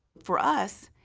for us,